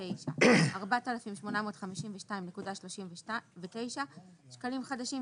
39% - 4,852.39 שקלים חדשים,